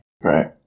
Right